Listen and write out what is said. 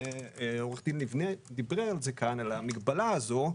שעו"ד ליבנה דיבר כאן על המגבלה הזאת,